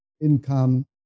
income